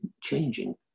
changing